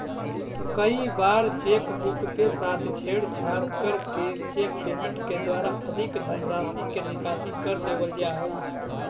कई बार cheque book के साथ छेड़छाड़ करके चेक पेमेंट के द्वारा अधिक धनराशि के निकासी कर लेवल जा हइ